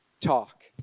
talk